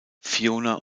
fiona